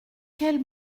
quel